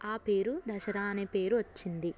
ఆ పేరు దసరా అనే పేరు వచ్చింది